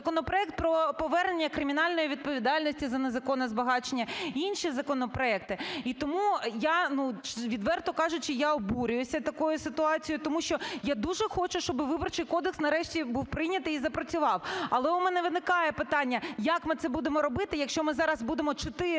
законопроект про повернення кримінальної відповідальності за незаконне збагачення, інші законопроекти. І тому я, відверто кажучи, я обурююся такою ситуацією, тому що я дуже хочу, щоби виборчий кодекс нарешті був прийнятий і запрацював. Але у мене виникає питання: як ми це будемо робити, якщо ми зараз будемо 4,5